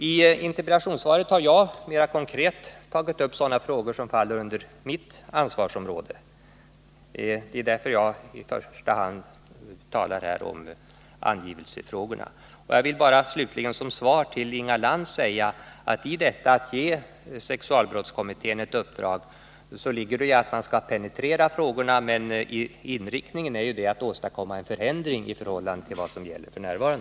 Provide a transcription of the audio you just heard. I interpellationssvaret har jag mera konkret tagit upp sådana frågor som faller inom mitt ansvarsområde — det är därför jag i första hand talar om angivelsefrågorna. Och jag vill bara slutligen som svar till Inga Lantz säga att i detta att ge sexualbrottskommittén ett uppdrag ligger ju att man skall penetrera frågorna, men inriktningen är att åstadkomma en förändring i förhållande till vad som gäller f. n.